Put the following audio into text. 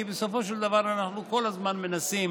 כי בסופו של דבר אנחנו כל הזמן מנסים